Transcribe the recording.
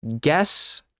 Guess